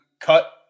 cut